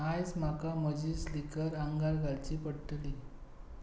आयज म्हाका म्हजी स्लिकर आंगार घालची पडटली